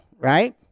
right